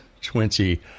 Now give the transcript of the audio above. twenty